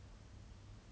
okay eh